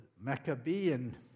Maccabean